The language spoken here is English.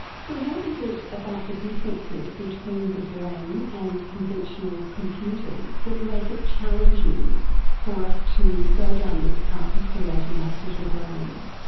so what is it about the differences between the brain and conventional computers that make it challenging for us to go down this path of creating artificial brains?